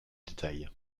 détails